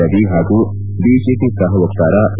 ರವಿ ಹಾಗೂ ಬಿಜೆಪಿ ಸಹ ವಕ್ತಾರ ಎ